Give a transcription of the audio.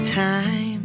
time